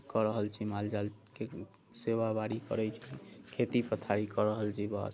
ई कऽ रहल छी माल जालके सेवाबारी करैत छी खेती पथारी कऽ रहल छी बस